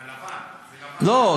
הלבן, לא.